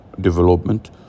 development